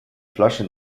flasche